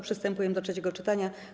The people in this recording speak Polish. Przystępujemy do trzeciego czytania.